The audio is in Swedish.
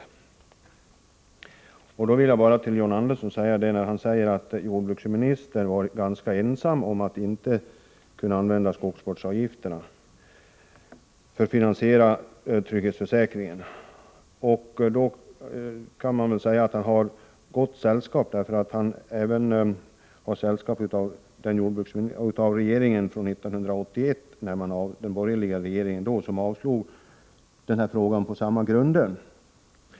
John Andersson säger att jordbruksministern har varit ganska ensam om att inte kunna använda skogsvårdsavgifterna för att finansiera trygghetsförsäkringen. Jag vill då säga att han har gott sällskap. Även den borgerliga regeringen från 1981 avslog denna fråga på samma grunder.